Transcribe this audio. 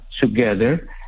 together